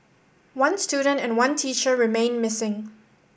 one student and one teacher remain missing